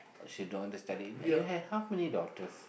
or she don't understand you have how many daughters